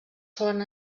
solen